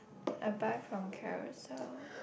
I buy from Carousell